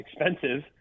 expensive